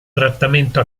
trattamento